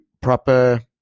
proper